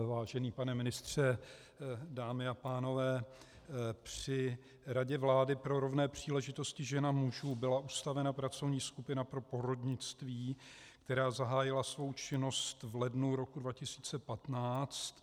Vážený pane ministře, dámy a pánové, při Radě vlády pro rovné příležitosti žen a můžu byla ustavena pracovní skupina pro porodnictví, která zahájila svou činnost v lednu roku 2015.